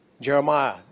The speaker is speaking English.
Jeremiah